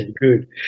good